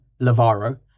Lavaro